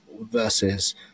versus –